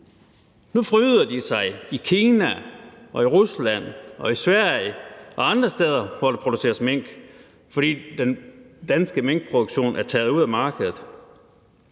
Nu fryder de sig i Kina og i Rusland og i Sverige og andre steder, hvor der produceres mink, fordi den danske minkproduktion er taget ud af markedet.